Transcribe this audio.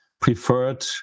preferred